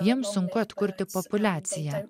jiems sunku atkurti populiaciją